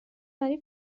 برای